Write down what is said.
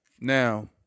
Now